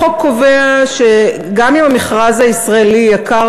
החוק קובע שגם אם הצעת המכרז הישראלי יקרה